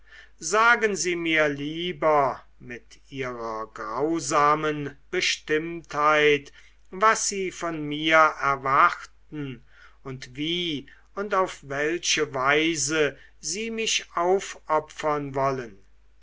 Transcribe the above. sagen sie mir lieber mit ihrer grausamen bestimmtheit was sie von mir erwarten und wie und auf welche weise sie mich aufopfern wollen